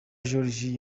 joriji